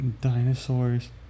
Dinosaurs